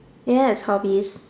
do you have hobbies